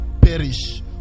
perish